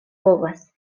povas